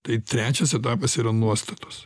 tai trečias etapas yra nuostatos